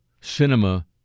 Cinema